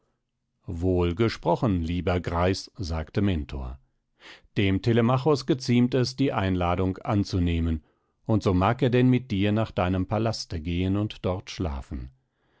wissen wohlgesprochen lieber greis sagte mentor dem telemachos geziemt es die einladung anzunehmen und so mag er denn mit dir nach deinem palaste gehen und dort schlafen